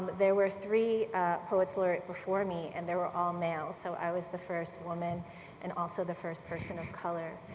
there were three poets laureate before me and they were all male, so i was the first woman and also the first person of color.